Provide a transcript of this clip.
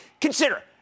Consider